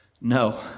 No